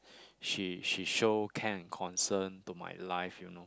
she she show care and concern to my life you know